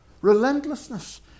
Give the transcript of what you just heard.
Relentlessness